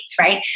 right